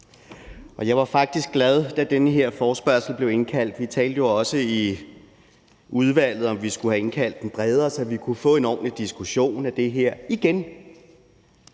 Jeg var faktisk glad, da den her forespørgsel blev indkaldt, og vi talte i udvalget jo også om, om vi skulle have indkaldt bredere til den, så vi kunne få en ordentlig diskussion af det her igen,